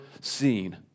seen